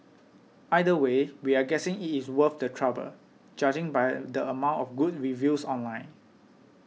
either way we're guessing it is worth the trouble judging by the amount of good reviews online